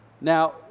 Now